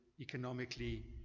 economically